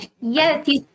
Yes